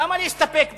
למה להסתפק בחוקים?